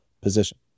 position